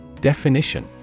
Definition